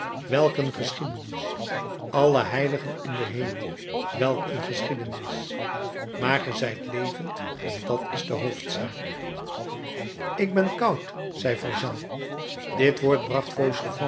een geschiedenis alle heiligen in den hemel welk een geschiedenis maar ge zijt levend en dat is de hoofdzaak ik ben koud zei valjean dit woord bracht